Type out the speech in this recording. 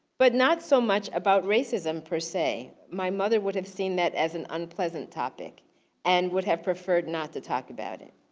but not so much about racism per say. my mother would have seen that as an unpleasant topic and would have preferred not to talk about it.